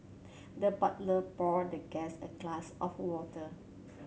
the butler poured the guest a glass of water